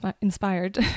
inspired